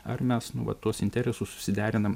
ar mes nu vat tuos interesus susiderinam